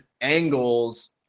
angles